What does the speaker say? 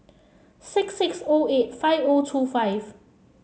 six six O eight five O two five